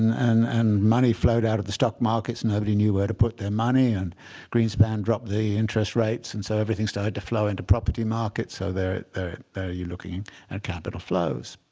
and and money flowed out of the stock markets. nobody knew where to put their money. and greenspan dropped the interest rates. and so everything started to flow into property markets. so there there you're looking at capital flows.